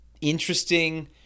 interesting